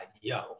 yo